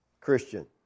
Christian